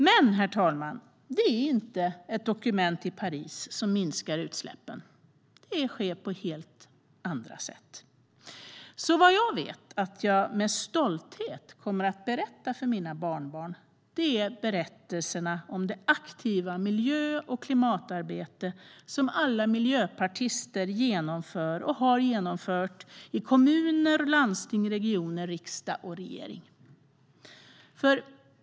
Men, herr talman, det är inte ett dokument i Paris som minskar utsläppen. Det sker på helt andra sätt. Vad jag vet att jag med stolthet kommer att berätta för mina barnbarn är därför berättelserna om det aktiva miljö och klimatarbete som alla miljöpartister genomför och har genomfört i kommuner, landsting, regioner, riksdag och regering.